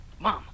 Mom